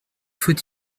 faut